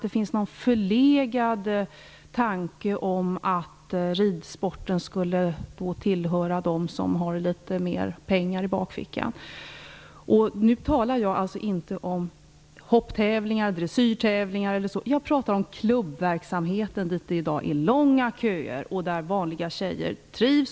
Det finns någon förlegad tanke om att ridsporten skulle tillhöra dem som har litet mer pengar i bakfickan. Nu talar jag alltså inte om hopptävlingar eller dressyrtävlingar, utan jag pratar om klubbverksamheten dit det i dag är långa köer och där vanliga tjejer trivs.